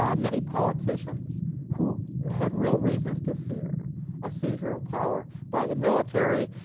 um many politicians who had real reasons to fear a seizure of power by the military,